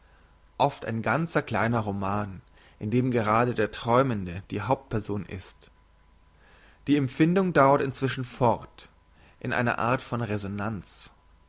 oft ein ganzer kleiner roman in dem gerade der träumende die hauptperson ist die empfindung dauert inzwischen fort in einer art von resonanz